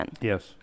Yes